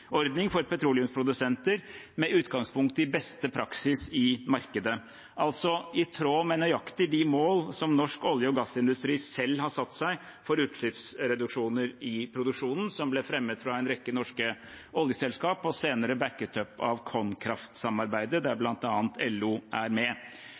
for petroleumsprodusenter med utgangspunkt i beste praksis i markedet, altså i tråd med nøyaktig de mål som norsk olje- og gassindustri selv har satt seg for utslippsreduksjoner i produksjonen, som ble fremmet fra en rekke norske oljeselskap og senere bakket opp av KonKraft-samarbeidet, der